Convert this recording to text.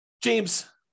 James